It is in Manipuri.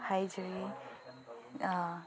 ꯍꯥꯏꯖꯔꯤ